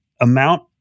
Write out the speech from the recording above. amount